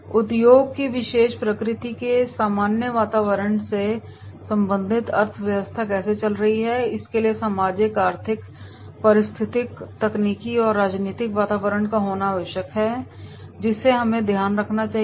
उद्योग की विशेष प्रकृति के सामान्य वातावरण से संबंधित अर्थव्यवस्था कैसे चल रही है इसके लिए सामाजिक आर्थिक पारिस्थितिक तकनीकी और राजनीतिक वातावरण का होना आवश्यक है जिसे हमें ध्यान में रखना होगा